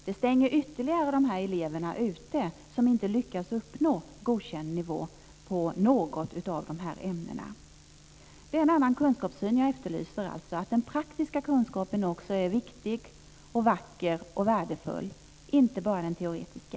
Det stänger ytterligare ute de elever som inte lyckas uppnå godkänd nivå i något av de här ämnena. Jag efterlyser alltså en annan kunskapssyn. Den praktiska kunskapen är också viktig, vacker och värdefull. Det gäller inte bara den teoretiska.